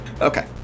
Okay